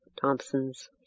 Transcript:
thompson's